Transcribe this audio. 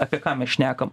apie ką mes šnekam